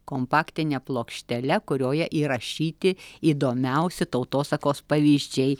kompaktine plokštele kurioje įrašyti įdomiausi tautosakos pavyzdžiai